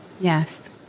yes